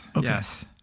yes